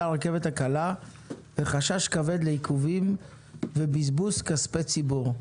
הרכבת הקלה וחשש כבד לעיכובים ובזבוז כספי ציבור".